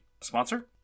sponsor